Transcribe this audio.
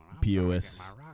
POS